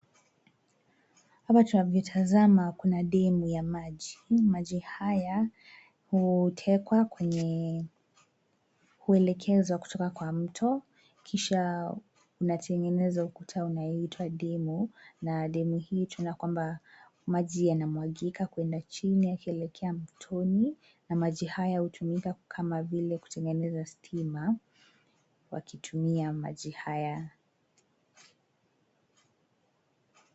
Hapa tunapotazama, kuna damu ya maji. Maji haya hutekwa kwenye, huelekezwa kutoka kwa mto. kisha unatengeneza ukuta unaoitwa demu na demu hii yetu kwamba maji yanamwagika kuenda chini yakielekea mtoni, na maji haya hutumika kama vile kutengeneza stima wakitumia maji haya.